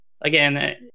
Again